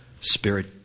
Spirit